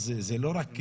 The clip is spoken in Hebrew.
אז זה לא רק,